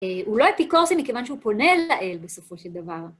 ו ולא אפיקורסי בגלל שהוא פונה אל האל בסופו של דבר.